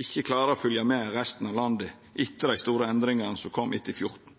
ikkje klarar å følgja med resten av landet etter dei store endringane som kom i 2014.